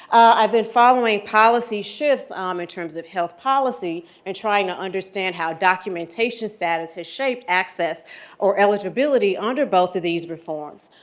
i've been following policy shifts um in terms of health policy and trying to understand how documentation status has shaped access or eligibility under both of these reforms.